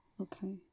Okay